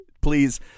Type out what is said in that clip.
Please